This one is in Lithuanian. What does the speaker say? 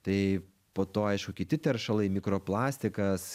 tai po to aišku kiti teršalai mikroplastikas